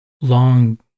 long